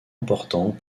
importants